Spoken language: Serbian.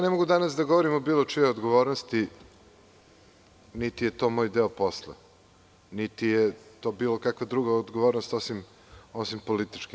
Ne mogu danas da govorim o bilo čijoj odgovornosti, niti je to moj deo posla, niti je to odgovornost, osim političke.